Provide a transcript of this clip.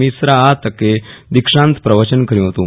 મિશ્રા એ આ તકે દિક્ષાન્ત પ્રવચન કર્યું હતું